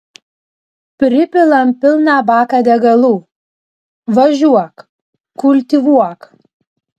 pripilam pilną baką degalų važiuok kultivuok